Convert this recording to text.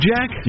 Jack